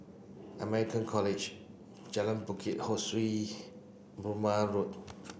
American College Bukit Ho Swee Burmah Road